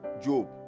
job